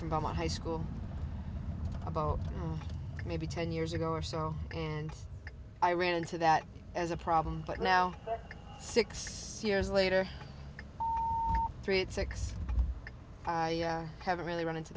from high school about maybe ten years ago or so and i ran into that as a problem but now six years later three eight six i haven't really run into